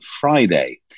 Friday